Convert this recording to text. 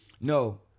No